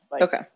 okay